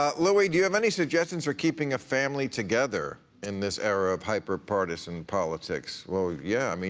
ah louie, do you have any suggestions for keeping a family together in this era of hyper-partisan politics? well, yeah, i mean